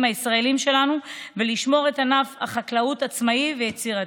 הישראלים שלנו ולשמור את ענף החקלאות עצמאי ויצרני.